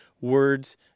words